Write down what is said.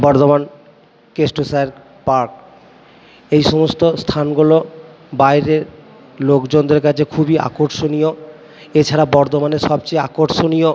বর্ধমান কেষ্ট স্যার পার্ক এই সমস্ত স্থানগুলো বাইরের লোকজনদের কাছে খুবই আকর্ষণীয় এছাড়া বর্ধমানের সবচেয়ে আকর্ষণীয়